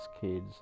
kids